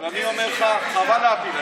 אבל אני אומר לך, חבל להעביר.